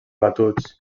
batuts